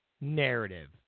narrative